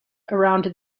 around